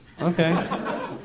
Okay